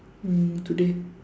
mm today